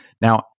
Now